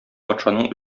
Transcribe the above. патшаның